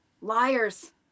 liars